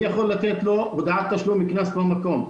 אני יכול לתת לו הודעת תשלום לקנס במקום,